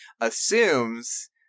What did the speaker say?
assumes